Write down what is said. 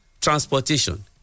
transportation